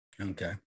Okay